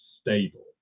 stable